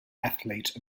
athlete